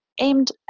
aimed